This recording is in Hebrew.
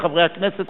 חברי הכנסת,